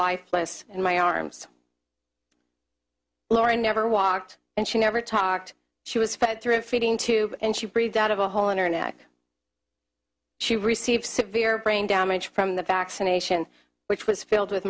lifeless in my arms laura never walked and she never talked she was fed through a feeding tube and she breathed out of a whole internet she received severe brain damage from the vaccination which was filled with